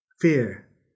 fear